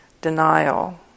Denial